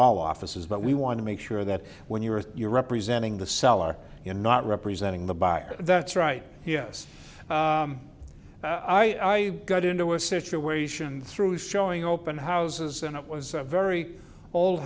all offices but we want to make sure that when you are you're representing the seller in not representing the buyer that's right yes i i got into a situation through showing open houses and it was a very old